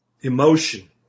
emotion